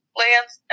lands